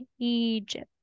egypt